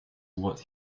what